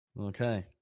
okay